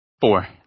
four